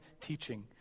teaching